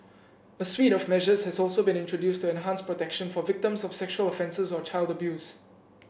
a suite of measures has also been introduced to enhance protection for victims of sexual offences or child abuse